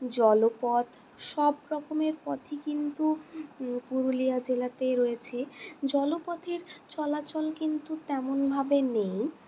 জলপথ সব রকমের পথই কিন্তু পুরুলিয়া জেলাতে রয়েছে জলপথের চলাচল কিন্তু তেমনভাবে নেই